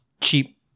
cheap